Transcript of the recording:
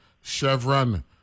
Chevron